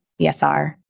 ESR